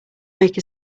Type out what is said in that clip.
make